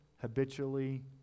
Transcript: habitually